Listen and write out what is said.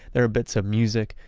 there are bits of music,